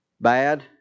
Bad